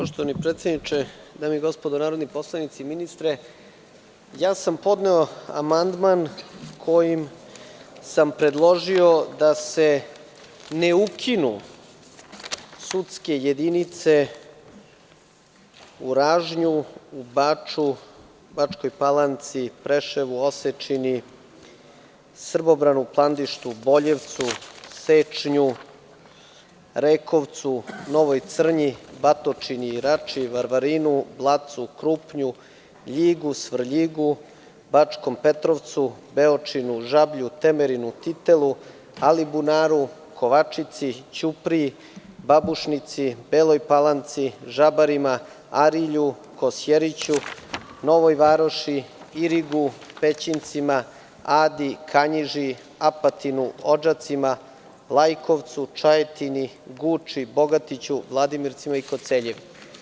Poštovani predsedniče, dame i gospodo narodni poslanici, poštovani ministre, podneo sam amandman kojim sam predložio da se ne ukinu sudske jedinice u Ražnju, Bačkoj, Bačkoj Palanci, Preševu, Osečini, Srbobranu, Plandištu, Boljevcu, Sečnju, Rejkovcu, Novoj Crnji, Batočini, Rači, Varvarinu, Blacu, Krupnju, Ljigu, Svrljigu, Bačkom Petrovcu, Beočinu, Žablju, Temerinu, Titelu, Alibunaru, Kovačici, Ćupriji, Babušnici, Beloj Palanci, Žabarima, Arilju, Kosjeriću, Novoj Varoši, Irigu, Pećincima, Adi, Kanjiži, Apatinu, Odžacima, Lajkovcu, Čajetini, Guči, Bogatiću, Vladimircima i Koceljevi.